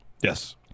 Yes